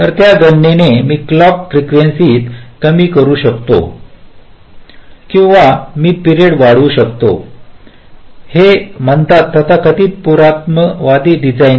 तर त्या गणनाने मी क्लॉकची फ्रीकेंसीता कमी करू शकतो किंवा मी पिरियड वाढवू शकतो हे म्हणतात तथाकथित पुराणमतवादी डिझाइन